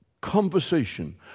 conversation